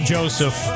Joseph